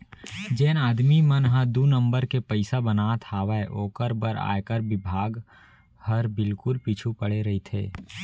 जेन आदमी मन ह दू नंबर के पइसा बनात हावय ओकर बर आयकर बिभाग हर बिल्कुल पीछू परे रइथे